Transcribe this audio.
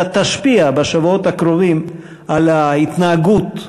אלא תשפיע בשבועות הקרובים על ההתנהגות,